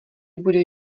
bude